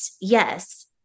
yes